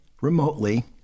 remotely